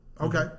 Okay